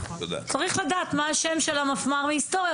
צריך לדעת מהו השם של המפמ"ר להיסטוריה,